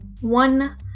One